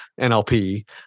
NLP